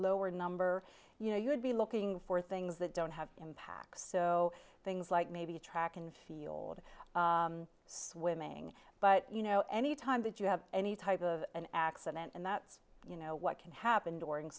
lower number you know you would be looking for things that don't have impacts so things like maybe track and field swimming but you know any time that you have any type of an accident and that's you know what can happen during